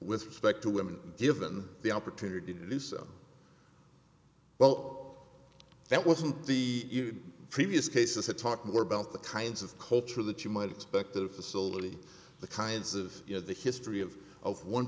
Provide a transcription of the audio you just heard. with respect to women given the opportunity to do so well that wasn't the previous cases to talk more about the kinds of culture that you might expect the facility the kinds of you know the history of of one